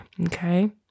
Okay